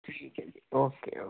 okay